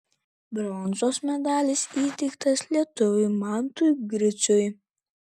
bronzos medalis įteiktas lietuviui mantui griciui